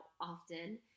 often